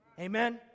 Amen